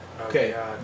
Okay